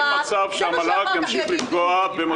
אין מצב שהמל"ג ימשיך לפגוע במוסדות כמו מכון